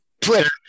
Twitter